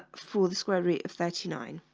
ah for the square root of thirty nine